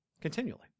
Continually